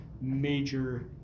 major